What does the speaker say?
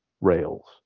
rails